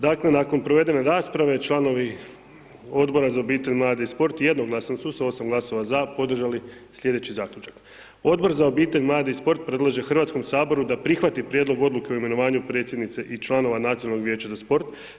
Dakle, nakon provede rasprave, članovi Odbora za obitelj, mlade i sport, jednoglasno su sa 8 glasova za, podržali sljedeći zaključak, Odbor za obitelj, mlade i sport, predlaže HS-u da prihvati prijedlog odluke o imenovanju predsjednice i članova Nacionalnog vijeća za sport.